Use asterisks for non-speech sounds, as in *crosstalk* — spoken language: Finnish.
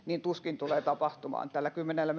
tuskin tulee tapahtumaan tällä kymmenellä *unintelligible*